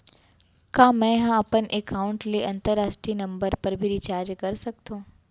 का मै ह अपन एकाउंट ले अंतरराष्ट्रीय नंबर पर भी रिचार्ज कर सकथो